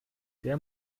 der